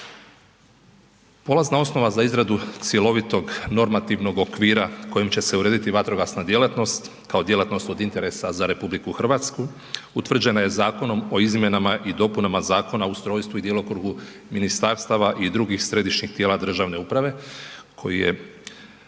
polazna osnova za izradu cjelovitog normativnog okvira kojim će se urediti vatrogasna djelatnost kao djelatnost od interesa za RH utvrđena je Zakonom o izmjenama i dopunama Zakona o ustrojstvu i djelokrugu ministarstava i drugih središnjih tijela državne uprave koji je